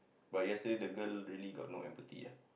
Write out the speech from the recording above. but yesterday the girl really got no empathy ah